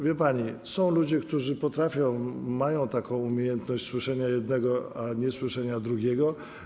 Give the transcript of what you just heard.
Wie pani, że są ludzie, którzy potrafią, mają umiejętność słyszenia jednego, a niesłyszenia drugiego.